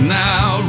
now